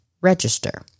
register